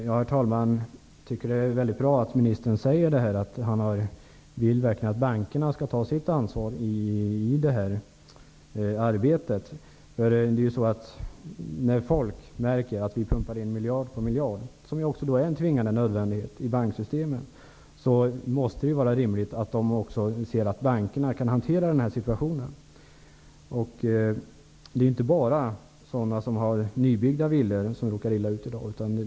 Herr talman! Jag tycker att det är bra att ministern verkligen vill att bankerna skall ta sitt ansvar i det här arbetet. När folk märker att vi pumpar in miljard på miljard, som är en tvingande nödvändighet, i banksystemen, måste det vara rimligt att de kan se att bankerna kan hantera situationen. Det är inte bara de som har nybyggda villor som råkar illa ut i dag.